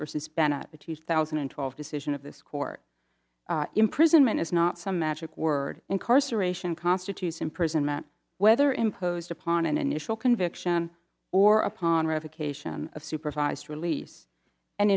two thousand and twelve decision of this court imprisonment is not some magic word incarceration constitutes imprisonment whether imposed upon an initial conviction or upon revocation of supervised release and